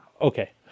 Okay